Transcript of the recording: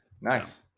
Nice